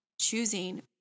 choosing